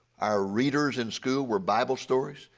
our readers in school were bible stories,